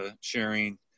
sharing